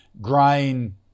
grain